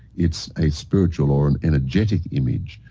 it's a spiritual, or an energetic image.